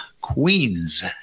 Queens